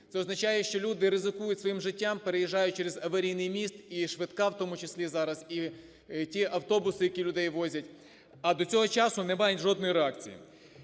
Це означає, що люди ризикують своїм життям, переїжджаючи через аварійний міст, і швидка, в тому числі, зараз, і ті автобуси, які людей возять, а до цього часу немає жодної реакції.